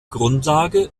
grundlage